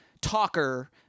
talker